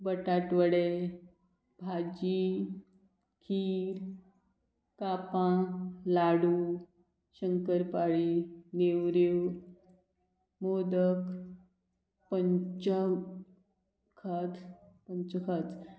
बटाटवडे भाजी खीर कापां लाडू शंकरपाळी नेवऱ्यो मोदक पंच खत पंचखाज